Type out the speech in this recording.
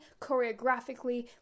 choreographically